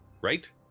right